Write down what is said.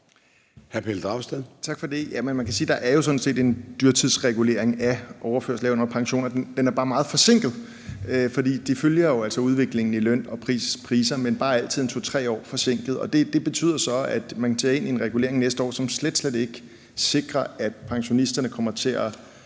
Hr. Pelle Dragsted.